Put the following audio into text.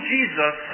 Jesus